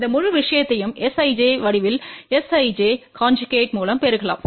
இந்த முழு விஷயத்தையும் Sij வடிவில் Sij கன்ஜுகேட் மூலம் பெருக்கலாம்